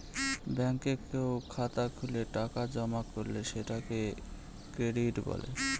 ব্যাঙ্কে কেউ খাতা খুলে টাকা জমা করলে সেটাকে ক্রেডিট বলে